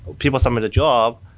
people submit a job,